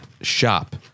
shop